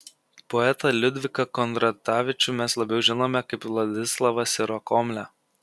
poetą liudviką kondratavičių mes labiau žinome kaip vladislavą sirokomlę